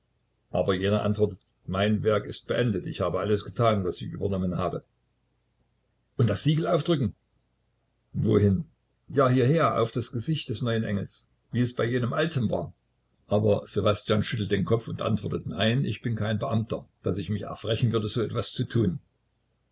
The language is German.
aber jener antwortet mein werk ist beendet ich habe alles getan was ich übernommen habe und das siegel aufdrücken wohin ja hierher auf das gesicht des neuen engels wie es bei jenem alten war aber ssewastjan schüttelt den kopf und antwortet nein ich bin kein beamter daß ich mich erfrechen würde so etwas zu tun